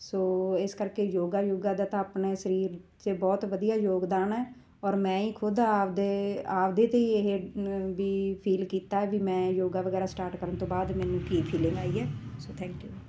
ਸੋ ਇਸ ਕਰਕੇ yoga yoga ਦਾ ਤਾਂ ਆਪਣਾ ਸਰੀਰ 'ਚ ਬਹੁਤ ਵਧੀਆ ਯੋਗਦਾਨ ਹੈ ਔਰ ਮੈਂ ਹੀ ਖੁਦ ਆਪਣੇ ਆਪਣੇ 'ਤੇ ਹੀ ਇਹ ਵੀ ਫੀਲ ਕੀਤਾ ਵੀ ਮੈਂ ਯੋਗਾ ਵਗੈਰਾ ਸਟਾਰਟ ਕਰਨ ਤੋਂ ਬਾਅਦ ਮੈਨੂੰ ਕੀ ਫੀਲਿੰਗ ਆਈ ਹੈ ਸੋ ਥੈਂਕ ਯੂ